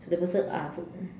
so that person ah